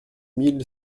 mille